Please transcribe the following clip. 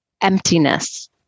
emptiness